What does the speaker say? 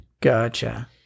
gotcha